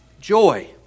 joy